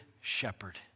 shepherd